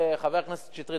חבר הכנסת שטרית,